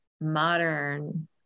modern